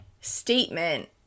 statement